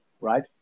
right